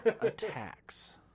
attacks